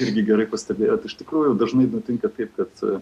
irgi gerai pastebėjot iš tikrųjų dažnai nutinka taip kad